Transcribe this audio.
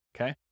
Okay